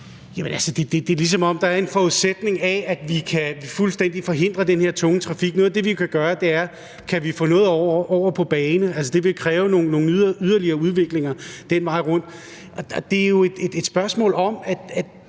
det er, som om der er en forudsætning om, at vi fuldstændig kan forhindre den her tunge trafik. Noget af det, vi kan gøre, er at undersøge, om vi kan få noget over på bane. Det vil kræve noget yderligere udvikling den vej rundt. Det er jo et spørgsmål om, i